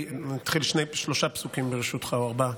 ברשותך נתחיל שלושה פסוקים או ארבעה,